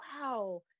wow